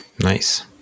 Nice